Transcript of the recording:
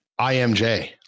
IMJ